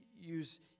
use